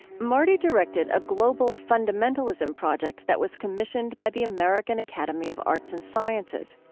marty directed a global fundamentalism project that was commissioned by the american academy of arts and sciences.